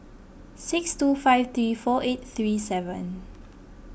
six two five three four eight three seven